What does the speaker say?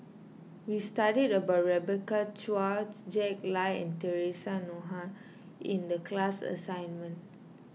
we studied about Rebecca Chua Jack Lai and theresa Noronha in the class assignment